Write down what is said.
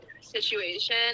situation